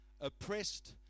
oppressed